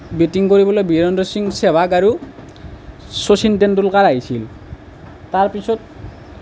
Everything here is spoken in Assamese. বেটিং কৰিবলৈ বীৰেন্দ্ৰ সিং সেহৱাগ আৰু শচীন টেণ্ডুলকাৰ আহিছিল তাৰপিছত